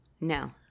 No